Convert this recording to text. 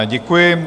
Děkuji.